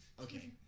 Okay